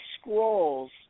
Scrolls